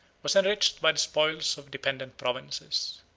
was enriched by the spoils of dependent provinces.